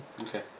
Okay